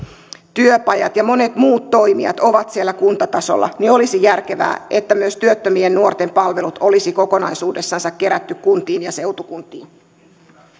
työpajat ja monet muut toimijat ovat siellä kuntatasolla olisi järkevää että myös työttömien nuorten palvelut olisi kokonaisuudessaan kerätty kuntiin ja seutukuntiin